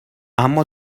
اما